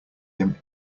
him